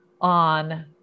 on